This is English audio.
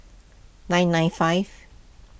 nine nine five